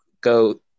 go